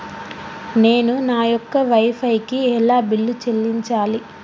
నేను నా యొక్క వై ఫై కి ఎలా బిల్లు చెల్లించాలి?